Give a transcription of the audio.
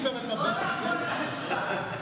בוא נעבור להצבעה.